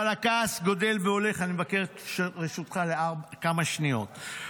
אבל הכעס הולך וגדל" אני מבקש את רשותך לכמה שניות,